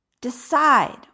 decide